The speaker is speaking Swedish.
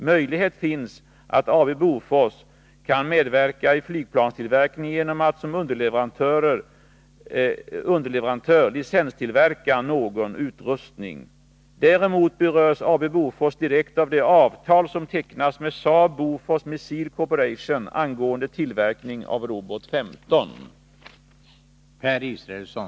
Möjlighet finns att AB Bofors kan medverka i flygplanstillverkningen genom att som underleverantör licenstillverka någon utrustning. Däremot berörs AB Bofors direkt av det avtal som tecknats med SAAB Bofors Missile Corporation angående tillverkning av Robot 15.